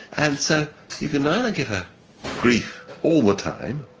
and so you can either give her grief all the time,